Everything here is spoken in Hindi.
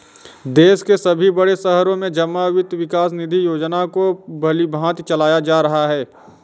देश के सभी बड़े शहरों में जमा वित्त विकास निधि योजना को भलीभांति चलाया जा रहा है